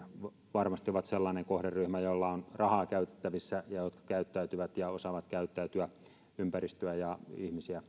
varmasti he ovat sellainen kohderyhmä jolla on rahaa käytettävissä ja jotka osaavat käyttäytyä ympäristöä ja ihmisiä